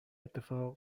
اتفاق